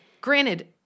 Granted